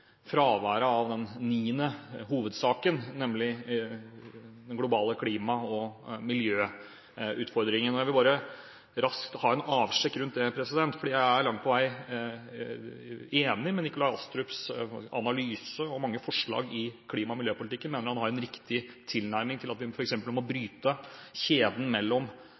fraværet av den niende hovedsaken, nemlig den globale klima- og miljøutfordringen. Jeg vil bare raskt ha en sjekk av det, for jeg er langt på vei enig i Nikolai Astrups analyse og mange forslag i klima- og miljøpolitikken. Jeg mener han har en riktig tilnærming til at vi for eksempel må bryte kjeden mellom